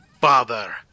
father